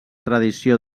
tradició